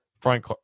Frank